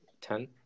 ten